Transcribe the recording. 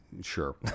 sure